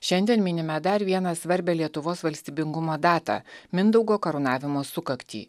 šiandien minime dar vieną svarbią lietuvos valstybingumo datą mindaugo karūnavimo sukaktį